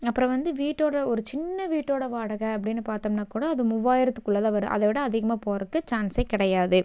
அப்புறம் வந்து வீட்டோடு ஒரு சின்ன வீட்டோடய வாடகை அப்படின்னு பார்த்தோம்னா கூட அது மூவாயிரத்துக்குள்ளே தான் வருது அதைவிட அதிகமாக போவதுக்கு சேன்ஸே கிடையாது